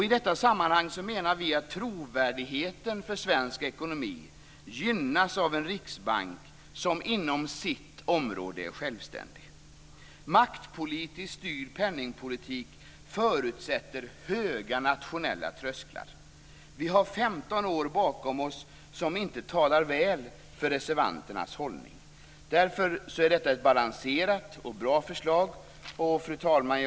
I detta sammanhang anser vi att trovärdigheten för svensk ekonomi gynnas av en riksbank som inom sitt område är självständig. Maktpolitiskt styrd pennningpolitik förutsätter höga nationella trösklar. Vi har 15 år bakom oss som inte talar väl för reservanternas hållning. Därför är detta ett balanserat och bra förslag. Fru talman!